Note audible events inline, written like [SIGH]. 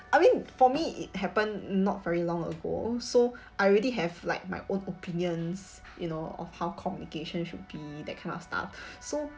I mean for me it happen not very long ago so I already have like my own opinions you know of how communication should be that kind of stuff [BREATH] so